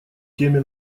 теме